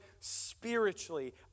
spiritually